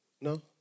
No